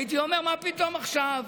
הייתי אומר: מה פתאום עכשיו?